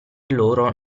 loro